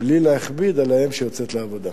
בלי להכביד על האם שיוצאת לעבודה.